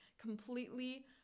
completely